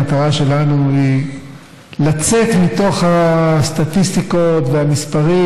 המטרה שלנו היא לצאת מתוך הסטטיסטיקות והמספרים